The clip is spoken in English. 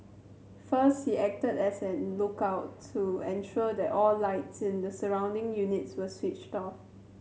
first he acted as a lookout to ensure that all lights in the surrounding units were switched off